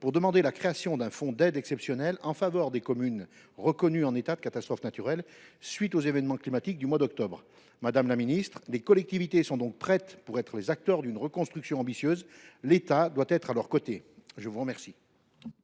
pour demander la création d’un fonds d’aide exceptionnel en faveur des communes reconnues en état de catastrophe naturelle à la suite des événements climatiques du mois d’octobre. Madame la ministre, les collectivités sont prêtes à agir pour une reconstruction ambitieuse. L’État doit être à leurs côtés ! L’amendement